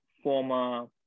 Former